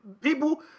people